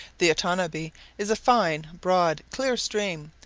the otanabee is a fine broad, clear stream,